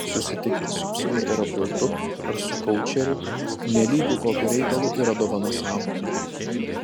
susitikti su psichoterapeutu ar su koučeriu nelygu kokiu reikalu yra dovana sau